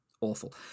awful